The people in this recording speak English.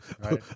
right